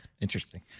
Interesting